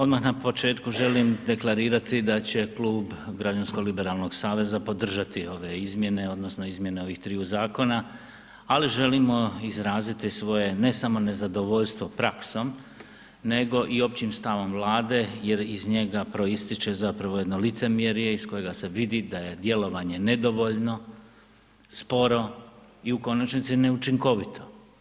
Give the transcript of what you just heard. Odmah na početku želim deklarirati da će Klub Građansko-liberalnog saveza podržati ove izmjene, odnosno izmjene ovih triju zakona ali želimo izraziti svoje ne samo nezadovoljstvo praksom nego i općim stavom Vlade jer iz njega proističe zapravo jedno licemjerje iz kojega se vidi da je djelovanje nedovoljno, sporo i u konačnici ne učinkovito.